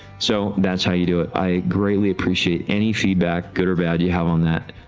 so that's how you do it, i greatly appreciate any feedback good or bad you have on that,